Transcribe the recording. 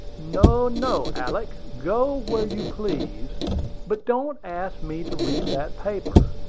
no, no, alick! go where you please but don't ask me to read that paper.